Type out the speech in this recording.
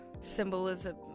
symbolism